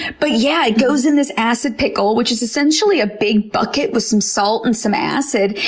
but yeah, it goes in this acid pickle, which is essentially a big bucket with some salt and some acid.